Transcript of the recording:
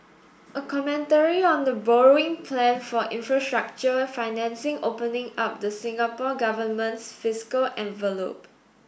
a commentary on the borrowing plan for infrastructure financing opening up the Singapore Government's fiscal envelope